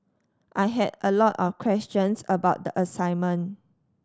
I had a lot of questions about the assignment